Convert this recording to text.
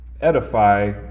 edify